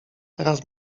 teraz